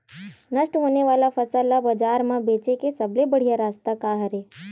नष्ट होने वाला फसल ला बाजार मा बेचे के सबले बढ़िया रास्ता का हरे?